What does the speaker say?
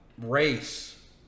race